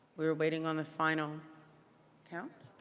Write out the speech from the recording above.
we are waiting on the final count.